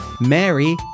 Mary